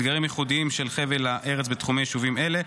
אתגרים ייחודיים של חבל הארץ בתחומי יישובים אלה,